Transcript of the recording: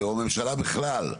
או הממשלה בכלל,